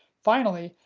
finally,